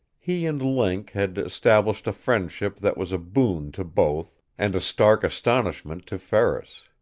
he and link had established a friendship that was a boon to both and a stark astonishment to ferris.